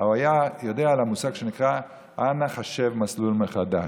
הוא היה יודע על המושג שנקרא "חשב מסלול מחדש".